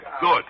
good